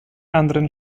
anderen